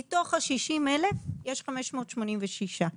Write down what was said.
מתוך 60,000. אתה שואל: